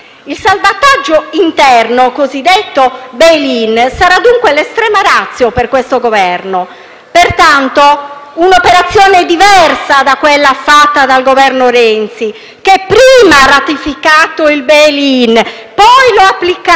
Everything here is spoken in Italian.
Il salvataggio interno, cosiddetto *bail in*, sarà dunque l'*extrema ratio* per questo Governo. Si tratta pertanto di un'operazione diversa da quella fatta dal Governo Renzi, che prima ha ratificato il *bail in*, poi lo ha applicato